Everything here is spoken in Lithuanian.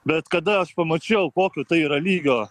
bet kada aš pamačiau kokio tai yra lygio